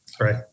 Right